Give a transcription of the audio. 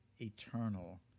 eternal